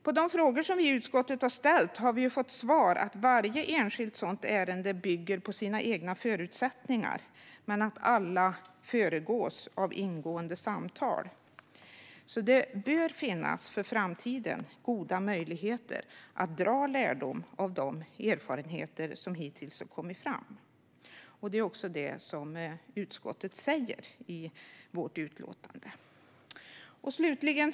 På de frågor som utskottet har ställt har vi fått till svar att varje enskilt ärende bygger på sina egna förutsättningar, men att alla föregås av ingående samtal. Det bör alltså finnas goda möjligheter inför framtiden att dra lärdom av de erfarenheter som har kommit fram hittills. Det är också vad utskottet säger i vårt utlåtande. Fru talman!